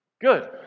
good